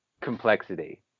complexity